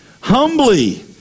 Humbly